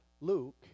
Luke